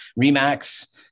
Remax